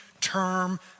term